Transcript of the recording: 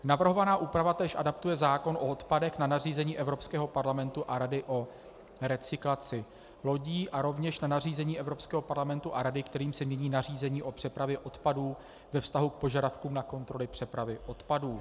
Navrhovaná úprava též adaptuje zákon o odpadech na nařízení Evropského parlamentu a Rady o recyklaci lodí a rovněž na nařízení Evropského parlamentu a Rady, kterým se mění nařízení o přepravě odpadů ve vztahu k požadavkům na kontroly přepravy odpadů.